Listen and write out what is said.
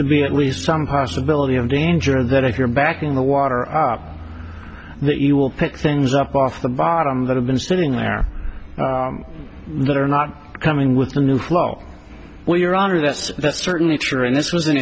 to be at least some possibility of danger that if you're back in the water that you will pick things up off the bottom that have been standing there that are not coming with the new flow well your honor that's certainly true and this was an